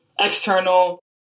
external